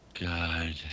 god